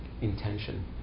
intention